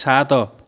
ସାତ